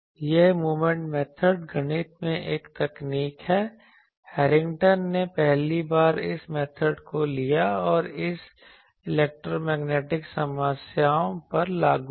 यह moment method गणित में एक तकनीक है हैरिंगटन ने पहली बार इस मेथड को लिया और इसे इलेक्ट्रो मैग्नेटिक समस्याओं पर लागू किया